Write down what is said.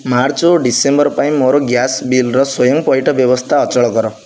ମାର୍ଚ୍ଚ୍ ଓ ଡିସେମ୍ବର୍ ପାଇଁ ମୋର ଗ୍ୟାସ୍ ବିଲର ସ୍ଵୟଂପଇଠ ବ୍ୟବସ୍ଥା ଅଚଳ କର